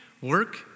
work